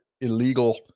illegal